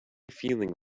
feeling